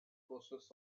process